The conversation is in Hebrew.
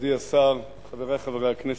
מכובדי השר, חברי חברי הכנסת,